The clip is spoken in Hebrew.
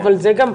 אבל זה גם,